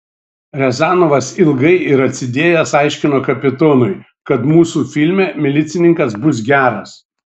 riazanovas ilgai ir atsidėjęs aiškino kapitonui kad mūsų filme milicininkas bus geras